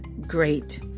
great